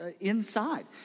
inside